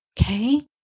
Okay